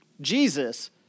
Jesus